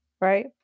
right